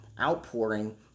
outpouring